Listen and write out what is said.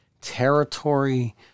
territory